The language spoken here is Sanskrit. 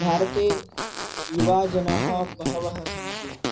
भारते युवजनाः बहवः सन्ति